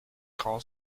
cal